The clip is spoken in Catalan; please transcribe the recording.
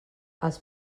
els